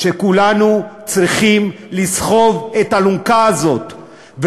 שכולנו צריכים לסחוב את האלונקה הזאת,